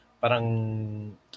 parang